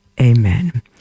Amen